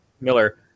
Miller